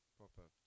proper